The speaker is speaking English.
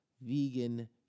vegan